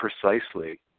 precisely